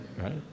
Right